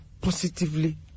positively